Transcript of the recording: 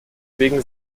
wegen